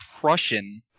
Prussian